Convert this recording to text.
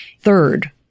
Third